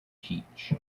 teach